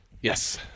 Yes